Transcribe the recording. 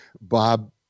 Bob